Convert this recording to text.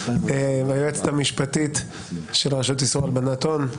והיועצת המשפטית של רשות איסור הלבנת הון.